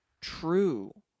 true